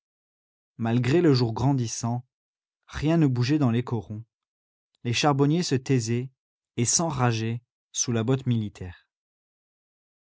malgré le jour grandissant rien ne bougeait dans les corons les charbonniers se taisaient et s'enrageaient sous la botte militaire